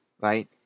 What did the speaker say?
right